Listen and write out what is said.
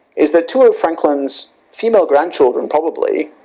is that two of franklins female grandchildren probably,